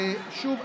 ושוב,